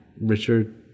Richard